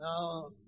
Now